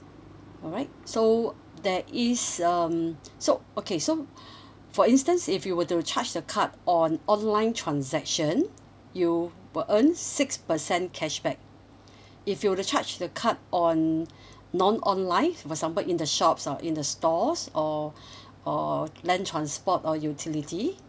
alright so there is um so okay so for instance if you were to charge the card on online transaction you will earn six percent cashback if you were to charge the card on non online for example in the shops or in the stores or or land transport or utility